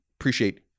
appreciate